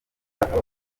abafite